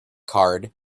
card